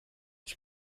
ich